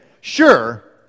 sure